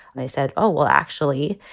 they said, oh, well, actually,